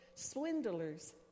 swindlers